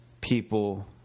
people